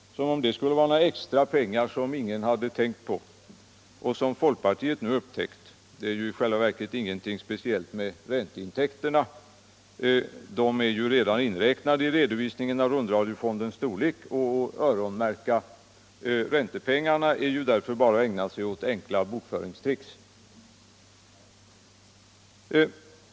Som om det skulle vara några extra pengar som ingen har tänkt på och som folkpartiet nu har upptäckt! Det är i själva verket ingenting speciellt med ränteintäkterna. De är ju redan inräknade i redovisningen av rundradiofondens storlek. Att öronmärka räntepengarna är därför bara att ägna sig åt enkla bok föringstricks.